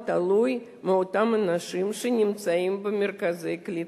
העלייה תלוי באותם אנשים שנמצאים במרכזי הקליטה,